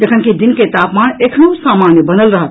जखनकि दिन के तापमान एखनहूँ सामान्य बनल रहत